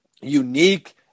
unique